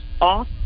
off